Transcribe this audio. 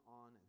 on